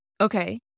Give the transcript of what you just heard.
Okay